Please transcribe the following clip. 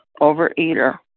overeater